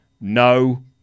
no